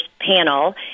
panel